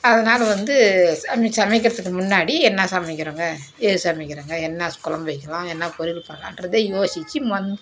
அதனால் வந்து நம்ம சமைக்கிறதுக்கு முன்னாடி என்ன சமைக்கிறோங்க ஏது சமைக்கிறோங்க என்ன கொழம்பு வைக்கலாம் என்ன பொரியல் பண்ணலான்றத யோசித்து முன்